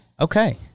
Okay